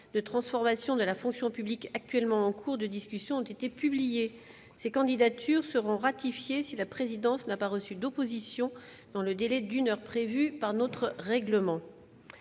de transformation de la fonction publique, actuellement en cours de discussion, ont été publiées. Ces candidatures seront ratifiées si la présidence n'a pas reçu d'opposition dans le délai d'une heure prévue par notre règlement.